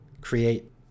create